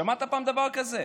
שמעת פעם על דבר כזה?